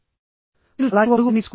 ఈ కేసులో ఇక్కడ ఇది s1 మరియు ఇది s2